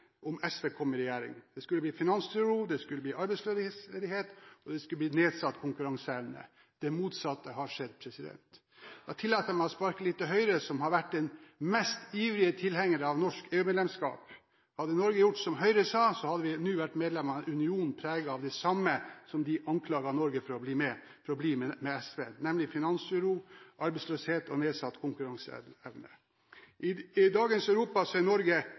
om SV kom i regjering. Det skulle bli finansuro, det skulle bli arbeidsledighet og det skulle bli nedsatt konkurranseevne. Det motsatte har skjedd. Så tillater jeg meg å sparke litt til Høyre som har vært den mest ivrige tilhengeren av norsk EU-medlemsskap. Hadde Norge gjort som Høyre sa, hadde vi nå vært medlemmer av en union preget av det samme som det de anklaget Norge for å bli med SV, nemlig finansuro, arbeidsløshet og nedsatt konkurranseevne. I dagens Europa er Norge